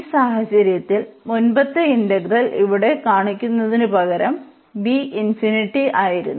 ഈ സാഹചര്യത്തിൽ മുമ്പത്തെ ഇന്റഗ്രൽ ഇവിടെ കാണിക്കുന്നതിനുപകരം b ആയിരുന്നു